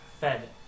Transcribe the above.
fed